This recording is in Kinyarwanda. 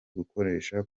gukoresha